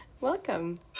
Welcome